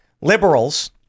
liberals